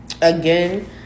Again